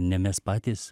ne mes patys